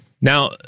Now